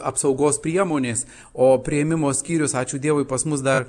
apsaugos priemonės o priėmimo skyrius ačiū dievui pas mus dar